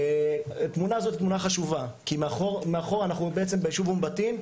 התמונה הזאת תמונה חשובה כי מאחורה אנחנו בעצם בישוב אום-בטין,